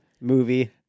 movie